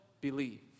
believe